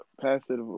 passive